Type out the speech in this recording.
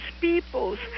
peoples